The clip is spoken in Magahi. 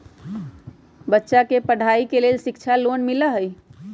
बच्चा के पढ़ाई के लेर शिक्षा लोन मिलहई?